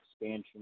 expansion